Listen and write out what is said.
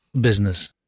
business